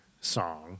song